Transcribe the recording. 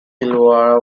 illawarra